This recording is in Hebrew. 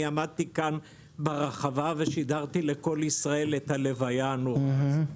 עמדתי כאן ברחבה ושידרתי לקול ישראל את הלוויה הנוראה הזו.